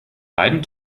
beiden